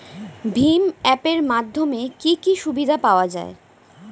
ভিম app এর মাধ্যমে কি কি সুবিধা পাওয়া যায়?